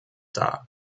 dar